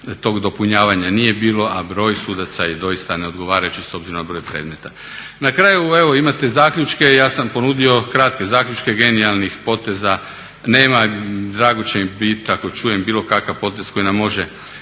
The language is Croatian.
tog dopunjavanja nije bilo, a broj sudaca je doista neodgovarajući s obzirom na broj predmeta. Na kraju evo imate zaključke, ja sam ponudio kratke zaključke, genijalnih poteza nema. Drago će mi biti ako čujem bilo kakav potez koji nam može